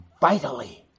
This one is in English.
vitally